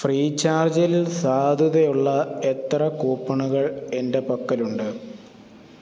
free ചാർജിൽ സാധുതയുള്ള എത്ര കൂപ്പണുകൾ എൻ്റെ പക്കലുണ്ട്